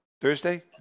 Thursday